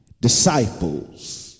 disciples